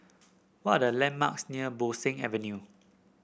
what are the landmarks near Bo Seng Avenue